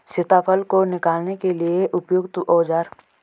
सीताफल को निकालने के लिए उपयुक्त औज़ार?